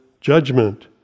judgment